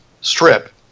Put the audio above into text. strip